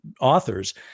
authors